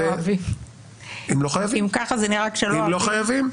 אם ככה זה נראה כשלא אוהבים.